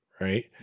right